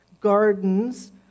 gardens